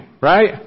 right